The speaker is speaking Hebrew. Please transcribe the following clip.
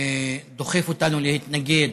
דוחף אותנו להתנגד,